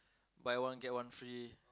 buy one get one free